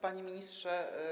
Panie Ministrze!